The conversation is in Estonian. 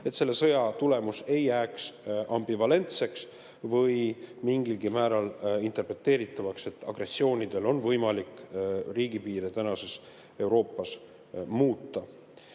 et selle sõja tulemus ei jääks ambivalentseks või mingilgi määral interpreteeritavaks, et agressioonidel on võimalik riigipiire tänases Euroopas muuta.